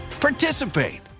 participate